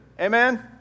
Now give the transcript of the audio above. Amen